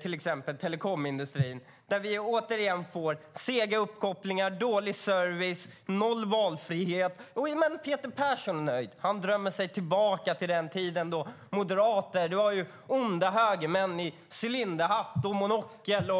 till exempel telekomindustrin och när vi återigen får sega uppkopplingar, dålig service och noll valfrihet. Men Peter Persson är nöjd. Han drömmer sig tillbaka till den tiden då moderater var onda högermän i cylinderhatt och monokel.